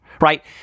right